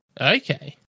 Okay